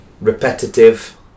repetitive